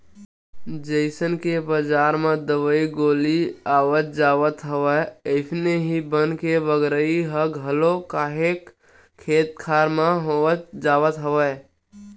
जइसन के बजार म दवई गोली आवत जावत हवय अइसने ही बन के बगरई ह घलो काहक खेत खार म होवत जावत हवय